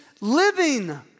Living